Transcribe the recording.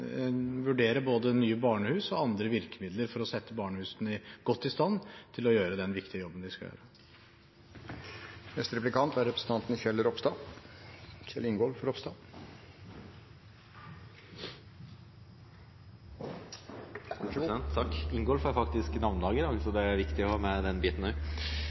både nye barnehus og andre virkemidler for å sette barnehusene godt i stand til å gjøre denne viktige jobben. Neste replikk kommer fra representanten Kjell Ropstad – unnskyld, Kjell Ingolf Ropstad. Ingolf har faktisk navnedag i dag, så det er viktig å få med den biten